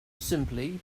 simply